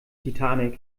titanic